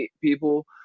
people